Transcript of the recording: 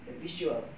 the visual